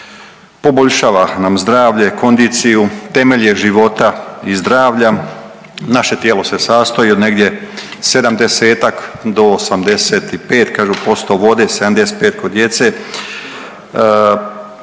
poboljšava nam zdravlje, kondiciju, temelj je život i zdravlja. Naše tijelo se sastoji od negdje 70-ak do 85 kažu posto vode, 75 kod djece.